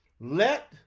let